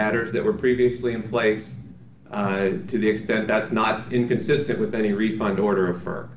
adders that were previously in place to the extent that's not inconsistent with any refund order f